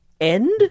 end